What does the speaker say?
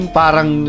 parang